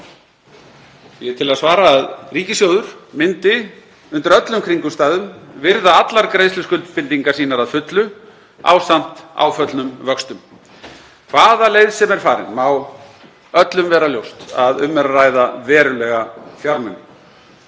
Því er til að svara að ríkissjóður myndi undir öllum kringumstæðum virða allar greiðsluskuldbindingar sínar að fullu ásamt áföllnum vöxtum. Hvaða leið sem er farin þá má öllum vera ljóst að um er að ræða verulega fjármuni.